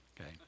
okay